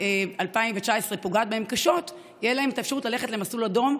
2019 פוגעת בהם קשות תהיה אפשרות ללכת למסלול אדום,